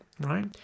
Right